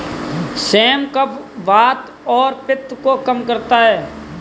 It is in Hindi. सेम कफ, वात और पित्त को कम करता है